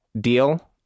deal